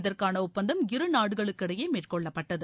இதற்கான ஒப்பந்தம் இரு நாடுகளுக்கிடையே மேற்கொள்ளப்பட்டது